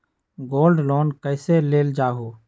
Gold loan कईसे लेल जाहु?